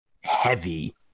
heavy